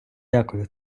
дякую